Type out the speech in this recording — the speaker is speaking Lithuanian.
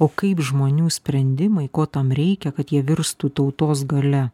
o kaip žmonių sprendimai ko tam reikia kad jie virstų tautos galia